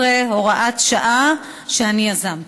11, הוראת שעה) שאני יזמתי.